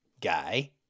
guy